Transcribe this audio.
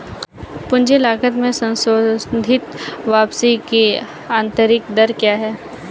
पूंजी लागत में संशोधित वापसी की आंतरिक दर क्या है?